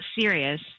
serious